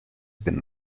been